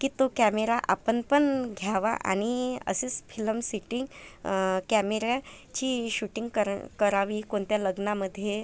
की तो कॅमेरा आपण पण घ्यावा आणि असेच फिलम सिटी कॅमेऱ्याची शूटिंग कर करावी कोणत्या लग्नामध्ये